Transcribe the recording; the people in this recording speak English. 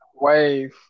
wave